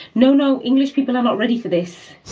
no no english, people are not ready for this.